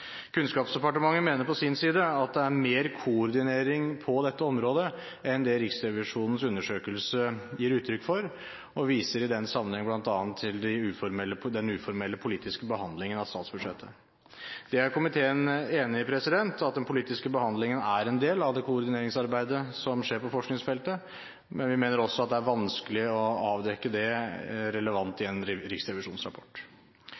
Kunnskapsdepartementet mener på sin side at det er mer koordinering på dette området enn det Riksrevisjonens undersøkelse gir uttrykk for og viser i den sammenheng bl.a. til den uformelle politiske behandlingen av statsbudsjettet. Komiteen er enig i at den politiske behandlingen er en del av det koordineringsarbeidet som skjer på forskningsfeltet, men vi mener også at det er vanskelig å avdekke det på en relevant